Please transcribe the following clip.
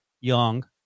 Young